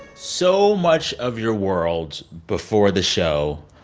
so much of your world before the show